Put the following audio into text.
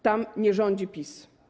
Tam nie rządzi PiS.